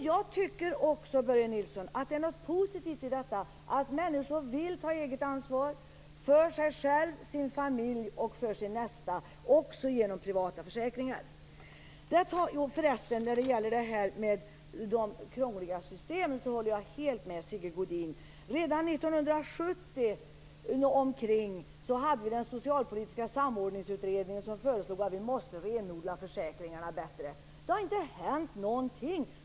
Jag tycker också, Börje Nilsson, att det ligger något positivt i att människor vill ta eget ansvar - för sig själva, för sin familj och för sin nästa - genom privata försäkringar. När det gäller de krångliga systemen håller jag förresten helt med Sigge Godin. Redan runt 1970 föreslog den socialpolitiska samordningsutredningen att vi måste renodla försäkringarna bättre. Det har inte hänt någonting.